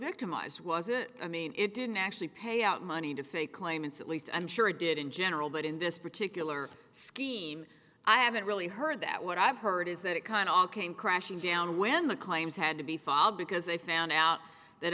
victimized was it i mean it didn't actually pay out money to fake claimants at least i'm sure it did in general but in this particular scheme i haven't really heard that what i've heard is that it kind of all came crashing down when the claims had to be fall because they found out that